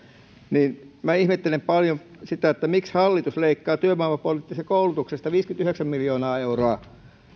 joten minä ihmettelen paljon sitä miksi hallitus leikkaa työvoimapoliittisesta koulutuksesta viisikymmentäyhdeksän miljoonaa euroa